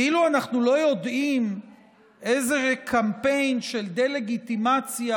כאילו אנחנו לא יודעים איזה קמפיין של דה-לגיטימציה